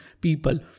people